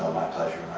my pleasure,